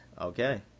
Okay